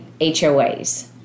HOAs